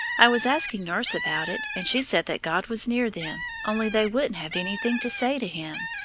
i was asking nurse about it, and she said that god was near them, only they wouldn't have anything to say to him,